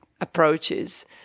approaches